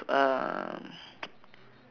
um